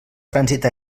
trànsit